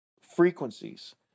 frequencies